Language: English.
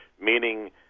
meaning